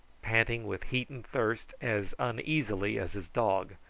panting with heat and thirst, as uneasily as his dog,